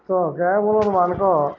ତ ଗାଏ ବଳଦ୍ମାନ୍କର୍